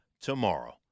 tomorrow